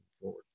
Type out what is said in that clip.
forward